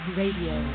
radio